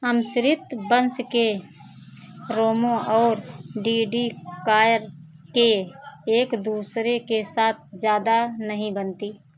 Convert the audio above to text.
अमिश्रित वंश के रोमो और डिडिकॉय के एक दूसरे के साथ ज़्यादा नहीं बनती